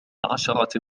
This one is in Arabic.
عشرة